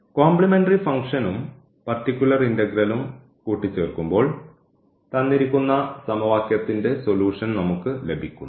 complementary ഫംഗ്ഷനും particular ഇന്റഗ്രലും കൂട്ടിച്ചേർക്കുമ്പോൾ തന്നിരിക്കുന്ന സമവാക്യത്തിൻറെ സൊലൂഷൻ നമുക്ക് ലഭിക്കുന്നു